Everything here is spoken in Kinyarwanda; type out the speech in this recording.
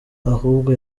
ahubwo